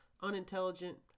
unintelligent